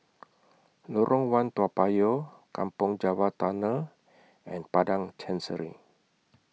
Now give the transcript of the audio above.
Lorong one Toa Payoh Kampong Java Tunnel and Padang Chancery